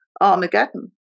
Armageddon